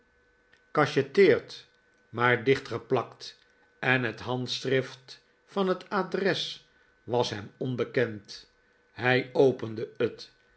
niet gecacheteerd maar dlchtgeplakt r en het handschrift van het adres was hem onbekend hij opende het